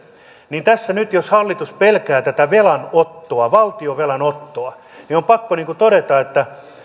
niin tässä nyt jos hallitus pelkää tätä valtionvelan ottoa on pakko todeta että